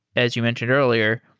as you mentioned earlier,